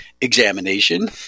examination